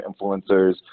influencers